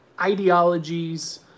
Ideologies